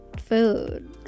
food